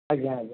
ଆଜ୍ଞା ଆଜ୍ଞା